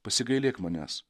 pasigailėk manęs